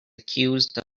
accused